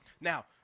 Now